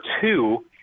two